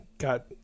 Got